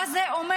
מה זה אומר?